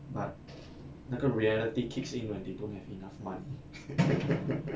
but 那个 reality kicks in when they don't have enough money